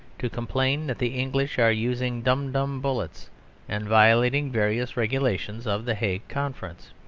to complain that the english are using dum-dum bullets and violating various regulations of the hague conference.